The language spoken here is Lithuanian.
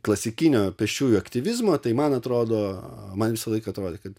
klasikinio pėsčiųjų aktyvizmo tai man atrodo man visąlaik atrodė kad